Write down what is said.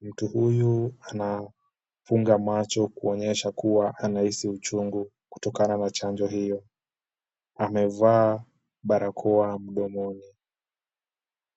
Mtu huyu anafunga macho kuonyesha kuwa anahisi uchungu kutokana na chanjo hiyo. Amevaa barakoa mdomoni.